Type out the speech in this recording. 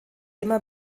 immer